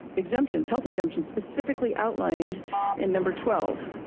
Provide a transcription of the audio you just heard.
exemptions, health exemptions specifically outlined in number twelve